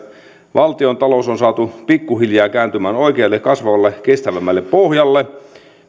valtiontalous on saatu pikkuhiljaa kääntymään oikealle kasvavalle kestävämmälle pohjalle